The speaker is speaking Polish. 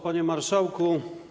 Panie Marszałku!